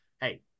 Hey